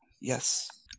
Yes